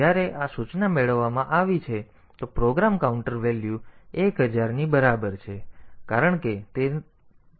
તેથી જ્યારે આ સૂચના મેળવવામાં આવી છે તો પ્રોગ્રામ કાઉન્ટર વેલ્યુ 1000 ની બરાબર છે કારણ કે તે તેનું સરનામું છે આ ret સૂચના